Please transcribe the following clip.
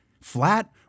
Flat